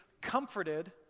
comforted